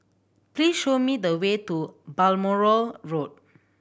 please show me the way to Balmoral Road